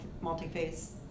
multi-phase